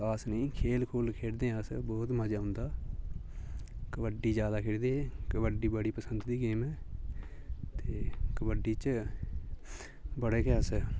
खास नेईं खेल खूल खेढदे अस बोह्त मज़ा औंदा कबड्डी ज्यादा खेढदे हे कबड्डी बड़ी पसंद दी गेम ऐ ते कबड्डी च बड़े गै अस